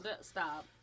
Stop